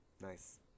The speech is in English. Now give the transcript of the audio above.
Nice